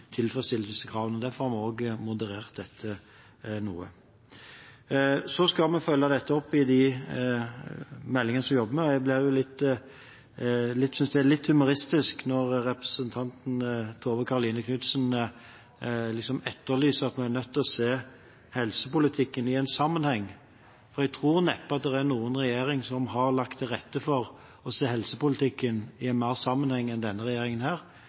tilfredsstille disse kravene. Derfor har vi også moderert dette noe. Så skal vi følge dette opp i de meldingene som vi jobber med. Jeg synes det er litt humoristisk når representanten Tove Karoline Knutsen etterlyser at man er nødt til å se helsepolitikken i en sammenheng. Jeg tror neppe det er noen regjering som har lagt bedre til rette for å se helsepolitikken i en sammenheng enn denne regjeringen.